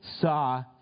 saw